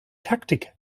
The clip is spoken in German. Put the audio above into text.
taktik